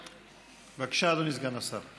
בבקשה, אדוני סגן השר.